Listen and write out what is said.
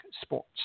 sports